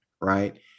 right